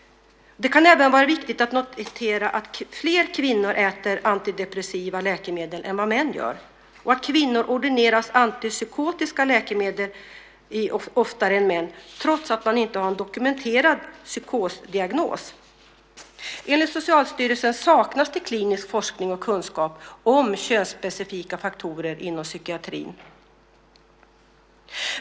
Det kan även vara viktigt att notera att fler kvinnor än män äter antidepressiva läkemedel. Kvinnor ordineras antipsykotiska läkemedel oftare än män trots att man inte har en dokumenterad psykosdiagnos. Enligt Socialstyrelsen saknas det klinisk forskning och kunskap om könsspecifika faktorer inom psykiatrin.